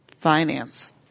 finance